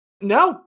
No